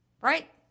Right